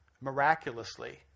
miraculously